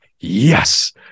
yes